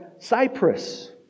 Cyprus